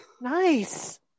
Nice